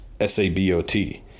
S-A-B-O-T